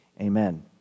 amen